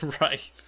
Right